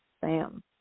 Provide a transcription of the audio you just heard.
Sam